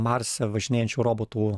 marse važinėjančių robotų